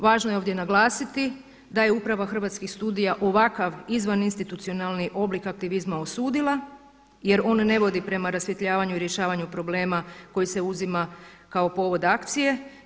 Važno je ovdje naglasiti da je Uprava Hrvatskih studija ovakav izvaninstitucionalni oblik aktivizma osudila jer on ne vodi prema rasvjetljavanju i rješavanju problema koji se uzima kao povod akcije.